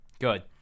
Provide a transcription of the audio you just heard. Good